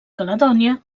caledònia